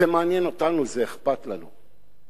זה מעניין אותנו, זה אכפת לנו.